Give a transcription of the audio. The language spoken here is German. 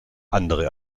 andere